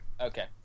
Okay